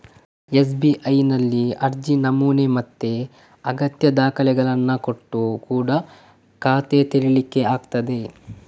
ಎಸ್.ಬಿ.ಐನಲ್ಲಿ ಅರ್ಜಿ ನಮೂನೆ ಮತ್ತೆ ಅಗತ್ಯ ದಾಖಲೆಗಳನ್ನ ಕೊಟ್ಟು ಕೂಡಾ ಖಾತೆ ತೆರೀಲಿಕ್ಕೆ ಆಗ್ತದೆ